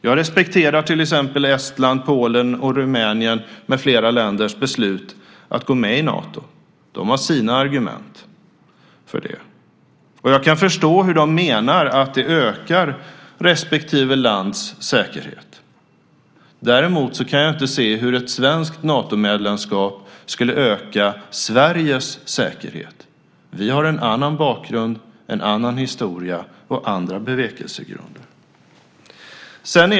Jag respekterar Estlands, Polens, Rumäniens med flera länders beslut att gå med i Nato - de har sina argument för det - och jag kan förstå hur de menar att det ökar respektive lands säkerhet. Däremot kan jag inte se hur ett svenskt Natomedlemskap skulle öka Sveriges säkerhet. Vi har en annan bakgrund, en annan historia och andra bevekelsegrunder.